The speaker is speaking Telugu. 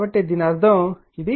కాబట్టి దీని అర్థం ఇది